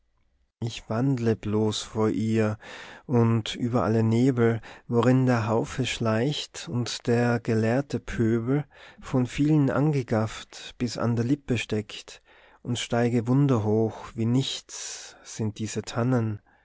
ich wandle bloß vor ihr und über alle nebel worin der haufe schleicht und der gelehrte pöbel von vielen angegafft bis an der lippe steckt und steige wunderhoch wie nichts sind diese tannen